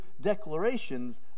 declarations